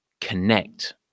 connect